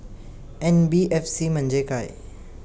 NBFC म्हणजे काय?